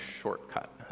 shortcut